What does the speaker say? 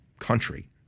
Country